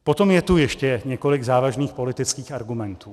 Potom je tu ještě několik závažných politických argumentů.